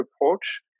approach